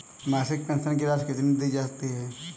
मासिक पेंशन की राशि कितनी दी जाती है?